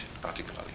particularly